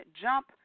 jump